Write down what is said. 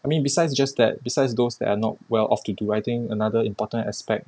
I mean besides just that besides those that are not well off to do I think another important aspect